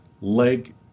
Leg